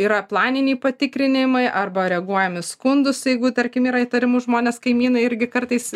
yra planiniai patikrinimai arba reaguojam į skundus jeigu tarkim yra įtarimų žmonės kaimynai irgi kartais